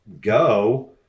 go